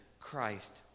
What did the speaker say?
Christ